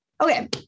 Okay